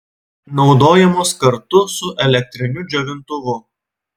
naudojamos kartu su elektriniu džiovintuvu